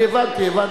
אני הבנתי.